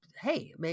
hey